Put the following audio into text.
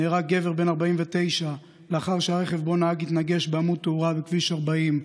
נהרג גבר בן 49 לאחר שהרכב שבו נהג התנגש בעמוד תאורה בכביש 40,